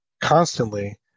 constantly